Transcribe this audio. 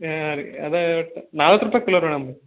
ಹಾಂ ರೀ ಅದು ಒಟ್ಟು ನಲ್ವತ್ತು ರೂಪಾಯಿ ಕಿಲೋ ಮೇಡಮ್ ರೀ